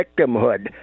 victimhood